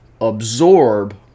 absorb